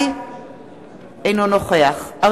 אינו נוכח דוד אזולאי,